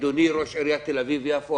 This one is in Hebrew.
אדוני ראש עיריית תל אביב-יפו,